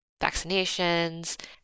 vaccinations